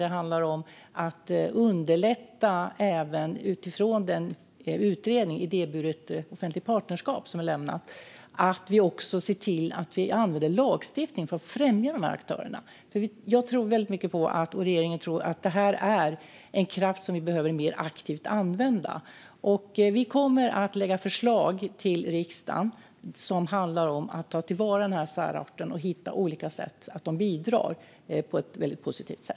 Det handlar också om att utifrån den utredning om idéburet offentligt partnerskap som är lämnad se till att använda lagstiftning för att främja de här aktörerna. Jag och regeringen tror väldigt mycket på att det här är en kraft som vi behöver använda mer aktivt. Vi kommer att lägga fram förslag i riksdagen som handlar om att ta till vara den här särarten och hitta olika sätt för dem att bidra positivt.